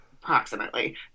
Approximately